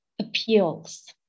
appeals